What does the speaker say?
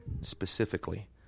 specifically